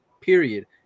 Period